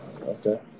okay